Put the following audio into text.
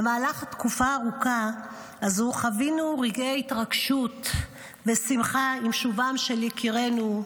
במהלך התקופה הארוכה הזאת חווינו רגעי התרגשות ושמחה עם שובם של יקירנו,